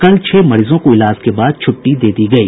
कल छह मरीजों को इलाज के बाद छूट़टी दे दी गयी